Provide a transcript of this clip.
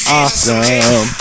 awesome